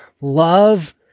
love